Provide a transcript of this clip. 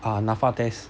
ah N_A_F_A test